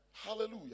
Hallelujah